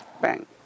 Bang